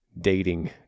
dating